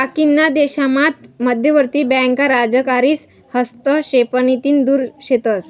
बाकीना देशामात मध्यवर्ती बँका राजकारीस हस्तक्षेपतीन दुर शेतस